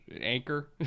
anchor